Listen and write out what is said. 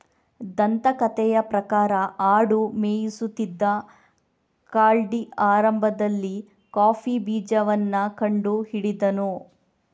ದಂತಕಥೆಯ ಪ್ರಕಾರ ಆಡು ಮೇಯಿಸುತ್ತಿದ್ದ ಕಾಲ್ಡಿ ಆರಂಭದಲ್ಲಿ ಕಾಫಿ ಬೀಜವನ್ನ ಕಂಡು ಹಿಡಿದನು